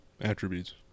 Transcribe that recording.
Attributes